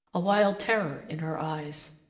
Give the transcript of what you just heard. a wild terror in her eyes.